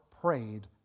prayed